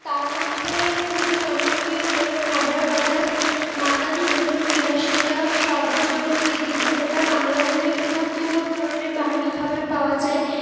তার মধ্যে খুবই জনপ্রিয় হল ভাভরা ভাজা বাঙালি ভোজন বিলাসিতা সর্বজনবিদিত গোটা বাংলা জুড়ে পৃথক পৃথক ধরনের বাহারি খাবার পাওয়া যায়